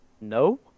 No